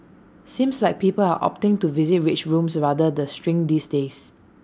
seems like people are opting to visit rage rooms rather the shrink these days